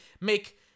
make